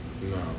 No